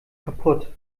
kaputt